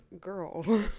girl